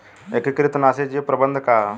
एकीकृत नाशी जीव प्रबंधन का ह?